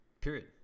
period